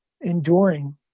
enduring